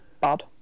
bad